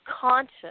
conscious